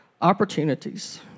opportunities